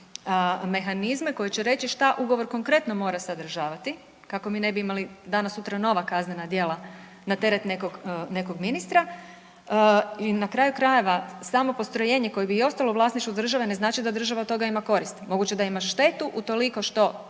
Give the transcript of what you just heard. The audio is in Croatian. mehanizme koji će reći što ugovor konkretno mora sadržavati kako mi ne bi imali danas-sutra nova kaznena djela na teret nekog ministra i na kraju krajeva, samo postrojenje koje bi i ostalo u vlasništvu države, ne znači da država od toga ima koristi. Moguće da ima štetu utoliko što